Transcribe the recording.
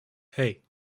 hey